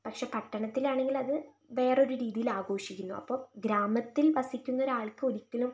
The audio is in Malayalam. പക്ഷേ പട്ടണത്തിൽ ആണെങ്കിൽ അത് വേറൊരു രീതിയിൽ ആഘോഷിക്കുന്നു അപ്പോൾ ഗ്രാമത്തിൽ വസിക്കുന്ന ഒരാൾക്ക് ഒരിക്കലും